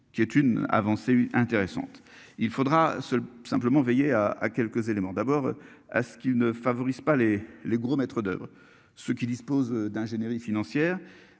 qui est une avancée intéressante. Il faudra se simplement veiller à à quelques éléments d'abord à ceux qui ne favorise pas les, les gros maître d'oeuvre. Ceux qui disposent d'ingénierie financière